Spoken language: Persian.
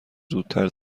زودتر